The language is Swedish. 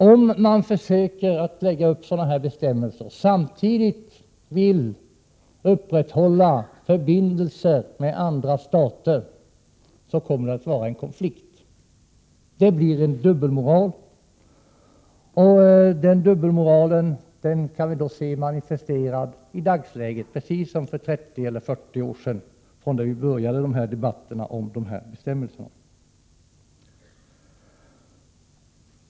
Om man försöker att utforma sådana här bestämmelser och samtidigt vill upprätthålla förbindelser med andra stater, kommer det att vara en konflikt. Det blir en dubbelmoral, som vi kan se manifesterad i dagsläget, precis som för 30 eller 40 år sedan när debatterna började om dessa bestämmelser.